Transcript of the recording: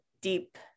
deep